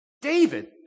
David